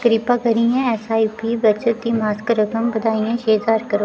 किरपा करियै ऐस्सआईपी बचत दी मासक रकम बधाइयैं छे ज्हार करो